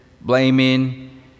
blaming